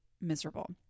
miserable